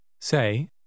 Say